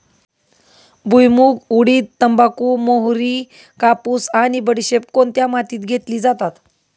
भुईमूग, उडीद, तंबाखू, मोहरी, कापूस आणि बडीशेप कोणत्या मातीत घेतली जाते?